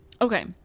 Okay